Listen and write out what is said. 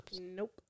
Nope